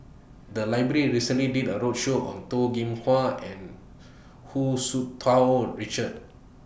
The Library recently did A roadshow on Toh Kim Hwa and Hu Tsu Tau Richard